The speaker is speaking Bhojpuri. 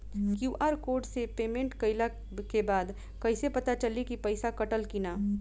क्यू.आर कोड से पेमेंट कईला के बाद कईसे पता चली की पैसा कटल की ना?